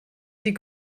die